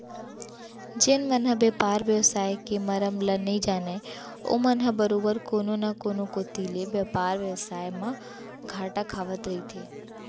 जेन मन ह बेपार बेवसाय के मरम ल नइ जानय ओमन ह बरोबर कोनो न कोनो कोती ले बेपार बेवसाय म घाटा खावत रहिथे